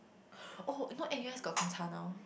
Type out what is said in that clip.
oh you know N_U_S got Gongcha now